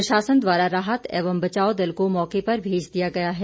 प्रशासन द्वारा राहत एवं बचाव दल को मौके पर भेज दिया गया है